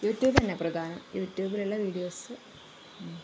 you tube തന്നെ പ്രധാനം യൂ ട്യൂബിലുള്ള വീഡിയോസ്